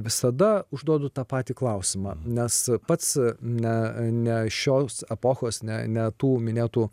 visada užduodu tą patį klausimą nes pats ne ne šios epochos ne ne tų minėtų